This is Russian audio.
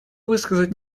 высказать